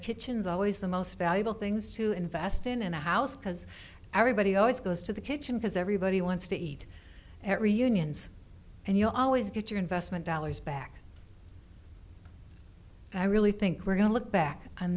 kitchens always the most valuable things to invest in a house because everybody always goes to the kitchen because everybody wants to eat at reunions and you always get your investment dollars back and i really think we're going to look back on